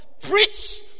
preach